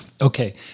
Okay